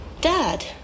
Dad